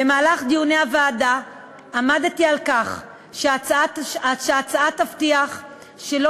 במהלך דיוני הוועדה עמדתי על כך שההצעה תבטיח שלא